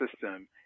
system